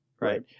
right